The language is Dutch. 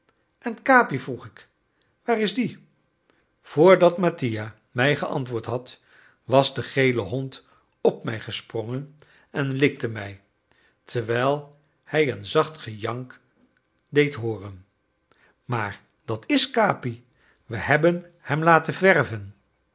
en capi vroeg ik waar is die vr dat mattia mij geantwoord had was de gele hond op mij gesprongen en likte mij terwijl hij een zacht gejank deed hooren maar dat is capi wij hebben hem laten verven